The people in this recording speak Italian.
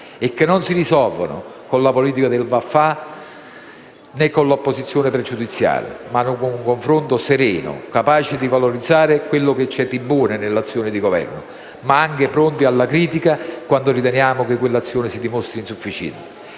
e che non si risolvono né con la politica del "vaffa", né con l'opposizione pregiudiziale, ma con un confronto sereno, capace di valorizzare quel che c'è di buono nell'azione del Governo. Ma siamo anche pronti alla critica, quando riteniamo quell'azione si dimostra insufficiente.